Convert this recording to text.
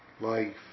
Life